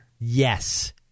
Yes